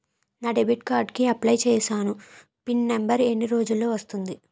నా debit card కి apply చూసాను పిన్ నంబర్ ఎన్ని రోజుల్లో వస్తుంది?